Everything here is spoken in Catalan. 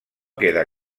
queda